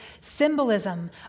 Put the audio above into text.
symbolism